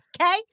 okay